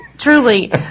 truly